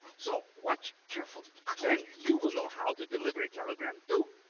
so watch carefully, then you will know how to deliver a telegram too.